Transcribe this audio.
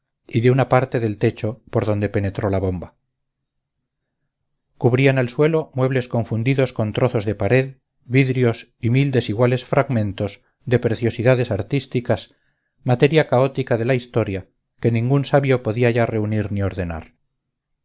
y de una parte del techo por donde penetró la bomba cubrían el suelo muebles confundidos con trozos de pared vidrios y mil desiguales fragmentos de preciosidades artísticas materia caótica de la historia que ningún sabio podía ya reunir ni ordenar